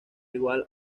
igual